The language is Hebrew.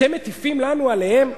אתם מטיפים לנו עליהם?